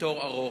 ובתור ארוך,